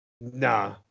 Nah